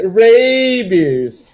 rabies